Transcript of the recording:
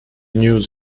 news